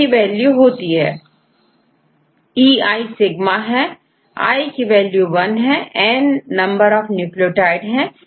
Ei sigma है i की value one है n नंबर ऑफ न्यूक्लियोटाइड है